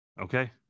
Okay